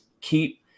keep